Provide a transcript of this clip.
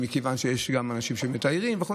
מכיוון שיש גם אנשים שמטיילים וכו'